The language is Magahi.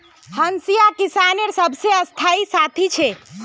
हंसिया किसानेर सबसे स्थाई साथी छे